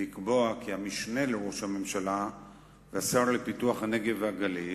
לקבוע כי המשנה לראש הממשלה והשר לפיתוח הנגב והגליל,